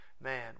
man